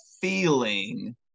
feeling